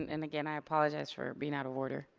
and again i apologize for being out of order.